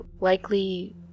likely